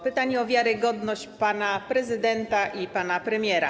Pytanie o wiarygodność pana prezydenta i pana premiera.